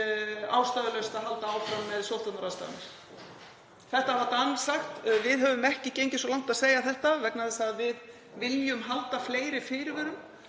ástæðulaust að halda áfram með sóttvarnaráðstafanir. Þetta hafa Danir sagt. Við höfum ekki gengið svo langt að segja þetta vegna þess að við viljum halda fleiri fyrirvörum